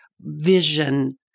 vision